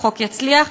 שהחוק יצליח.